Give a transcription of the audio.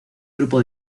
grupo